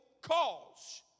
cause